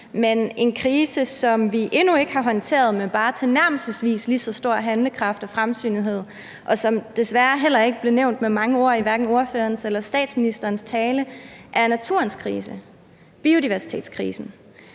Men en krise, som vi endnu ikke har håndteret med bare tilnærmelsesvis lige så stor handlekraft og fremsynethed, og som desværre heller ikke blev nævnt med mange ord i talen – hverken i ordførerens eller statsministerens tale – er naturens krise: biodiversitetskrisen.